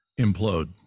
implode